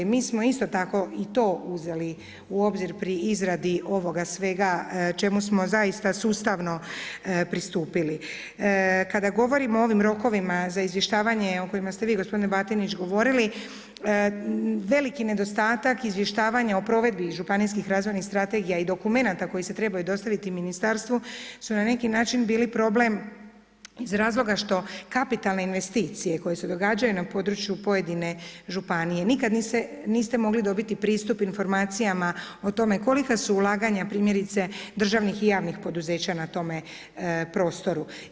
Mi smo isto tako i to uzeli u obzir pri izradi ovoga svega čemu smo zaista sustavno pristupili, Kada govorimo o ovim rokovima za izvještavanje o kojima ste vi gospodine Batinić govorili veliki nedostatak izvještavanja o provedbi iz županijskih razvojnih strategija i dokumenata koji se trebaju dostaviti ministarstvu su na neki način bili problem iz razloga što kapitalne investicije koje se događaju na području pojedine županije nikada niste mogli dobiti pristup informacijama o tome kolika su ulaganja primjerice državnih i javnih poduzeća na tome prostoru.